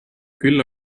küll